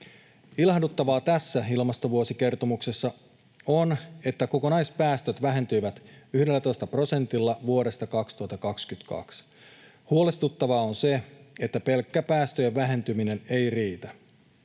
Ilahduttavaa tässä ilmastovuosikertomuksessa on, että kokonaispäästöt vähentyivät 11 prosentilla vuodesta 2022. Huolestuttavaa on se, että pelkkä päästöjen vähentyminen ei riitä.